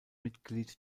mitglied